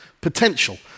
potential